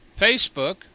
Facebook